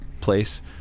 place